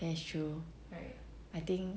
that's true I think